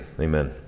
Amen